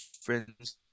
friends